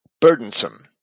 burdensome